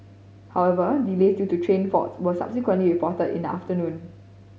however delays due to train fault were subsequently reported in the afternoon